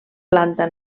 planta